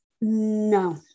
no